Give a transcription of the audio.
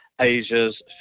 Asia's